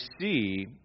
see